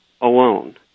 alone